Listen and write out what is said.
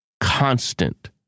constant